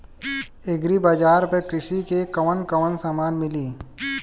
Agri बाजार पर कृषि के कवन कवन समान मिली?